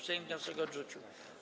Sejm wniosek odrzucił.